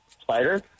spider